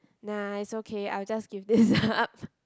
nice okay I'll just give this up